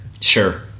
sure